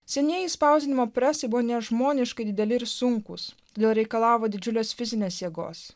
senieji spausdinimo presai buvo nežmoniškai dideli ir sunkūs gal reikalavo didžiulės fizinės jėgos